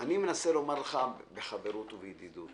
אני מנסה לומר לך בחברות ובידידות